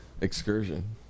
excursion